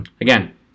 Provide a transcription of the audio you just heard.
Again